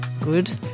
Good